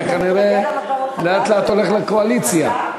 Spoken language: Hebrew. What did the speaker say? אתה כנראה לאט-לאט הולך לקואליציה.